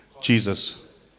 Jesus